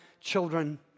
children